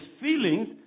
feelings